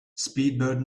speedbird